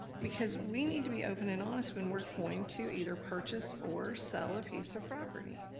because we need to be open and honest when we're going to either purchase or sell a piece of property.